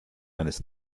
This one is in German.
eines